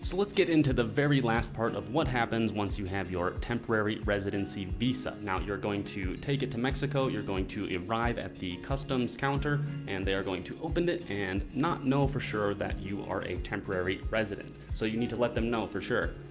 so let's get into the very last part of what happens once you have your temporary residency visa. now you're going to take it to mexico. you're going to arrive at the customs counter, and they're going to open it and not know for sure that you are a temporary resident. so you need to let them know for sure.